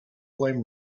flame